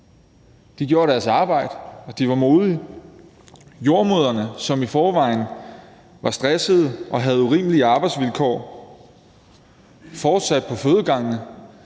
De gjorde deres arbejde, og de var modige. Jordemødrene, som i forvejen var stressede og havde urimelige arbejdsvilkår, fortsatte på fødegangen,